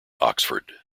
oxford